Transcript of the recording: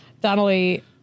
Donnelly